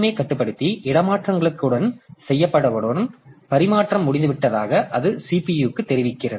ஏ கட்டுப்படுத்தி இடமாற்றங்களுடன் செய்யப்பட்டவுடன் பரிமாற்றம் முடிந்துவிட்டதாக அது CPU க்கு தெரிவிக்கிறது